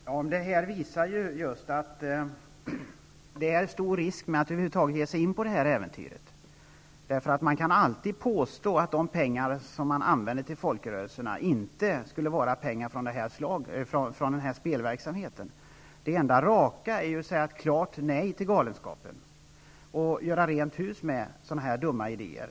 Herr talman! Detta visar just att det innebär en stor risk att över huvud taget ge sig in på det här äventyret. Man kan alltid påstå att de pengar man använder till folkrörelserna inte är pengar från spelverksamheten. Det enda raka är då att säga klart nej till galenskapen och göra rent hus med sådana här dumma idéer.